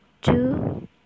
two